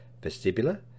vestibular